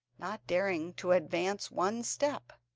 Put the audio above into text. not daring to advance one step.